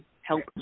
help